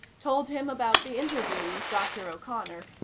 told him about the interview with dr. o'connor,